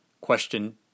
Question